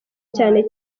cyane